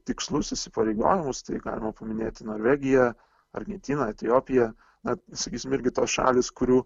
tikslus įsipareigojimus tai galima paminėti norvegiją argentiną etiopiją na sakysim irgi tos šalys kurių